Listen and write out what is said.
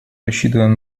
рассчитываем